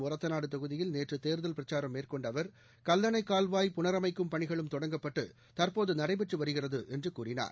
ஒரத்தநாடுதொகுதியில் நேற்றுதேர்தல் பிரச்சாரம் மேற்கொண்ட அவர் தஞ்சாவூர் மாவட்டம் கல்லணைகால்வாய் புனரமைக்கும் பணிகளும் தொடங்கப்பட்டுதற்போதநடைபெற்றுவருகிறதுஎன்றுகூறினார்